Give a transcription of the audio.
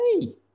Hey